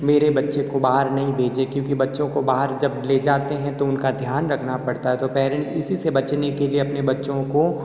मेरे बच्चे को बाहर नहीं भेजे क्योंकि बच्चों को बाहर जब ले जाते हैं तो उनका ध्यान रखना पकड़ा है तो पैरेंट्स इसी से बचने के लिए अपने बच्चों को